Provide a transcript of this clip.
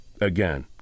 again